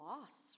loss